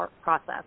process